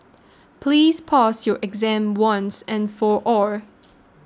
please pass your exam once and for all